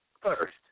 first